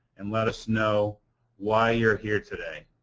and let us know why you're here today.